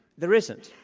there isn't.